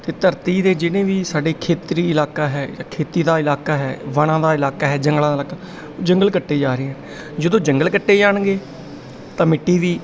ਅਤੇ ਧਰਤੀ ਦੇ ਜਿੰਨੇ ਵੀ ਸਾਡੇ ਖੇਤਰੀ ਇਲਾਕਾ ਹੈ ਜਾਂ ਖੇਤੀ ਦਾ ਇਲਾਕਾ ਹੈ ਵਣਾ ਦਾ ਇਲਾਕਾ ਹੈ ਜੰਗਲਾਂ ਦਾ ਇਲਾਕਾ ਜੰਗਲ ਕੱਟੇ ਜਾ ਰਹੇ ਹੈ ਜਦੋਂ ਜੰਗਲ ਕੱਟੇ ਜਾਣਗੇ ਤਾਂ ਮਿੱਟੀ ਵੀ